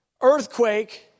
earthquake